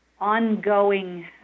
ongoing